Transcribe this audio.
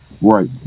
Right